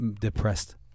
depressed